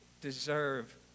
deserve